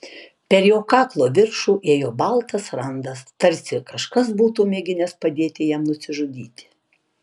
per jo kaklo viršų ėjo baltas randas tarsi kažkas būtų mėginęs padėti jam nusižudyti